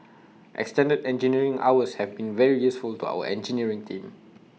extended engineering hours have been very useful to our engineering team